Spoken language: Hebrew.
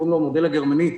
קוראים לו "המודל הגרמני",